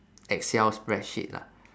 excel spreadsheet lah